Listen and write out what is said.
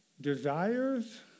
desires